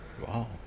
Wow